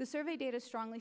the survey data strongly